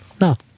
no